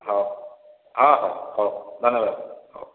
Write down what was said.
ହଉ ହଁ ହଁ ହଉ ଧନ୍ୟବାଦ ହଉ